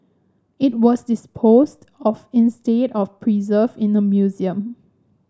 it was disposed of instead of preserved in a museum